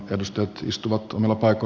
arvoisa herra puhemies